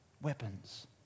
Weapons